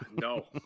no